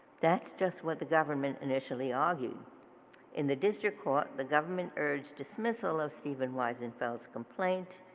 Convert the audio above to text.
that's just what the government initially argued in the district court. the government urged dismissal of stephen wiesenfeld's complaint.